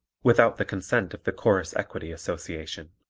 without the consent of the chorus equity association.